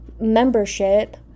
membership